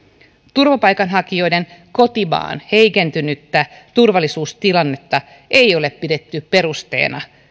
turvapaikanhakijoiden kotimaan heikentynyttä turvallisuustilannetta ei ole pidetty perusteena